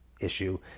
issue